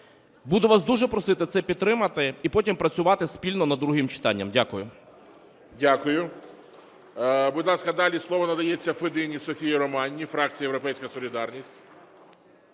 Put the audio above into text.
Буду вас дуже просити це підтримати і потім працювати спільно над другим читанням. Дякую. ГОЛОВУЮЧИЙ. Дякую. Будь ласка, далі слово надається Федині Софії Романівні, фракція "Європейська солідарність".